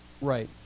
Right